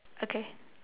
okay